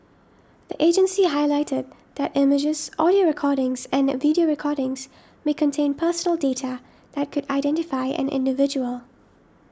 the agency highlighted that images audio recordings and video recordings may contain personal data that could identify an individual